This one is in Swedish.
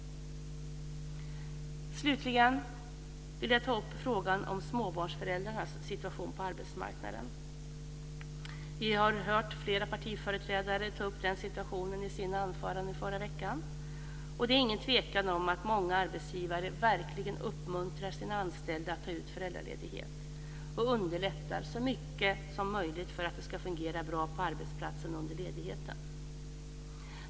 Slutligen vill jag ta upp frågan om småbarnsföräldrarnas situation på arbetsmarknaden. Vi har hört flera partiföreträdare ta upp den i sina anföranden i förra veckan. Det är ingen tvekan om att många arbetsgivare verkligen uppmuntrar sina anställda att ta ut föräldraledighet och underlättar så mycket som möjligt för att det ska fungera bra på arbetsplatsen under ledigheten.